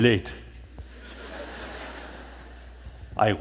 delete i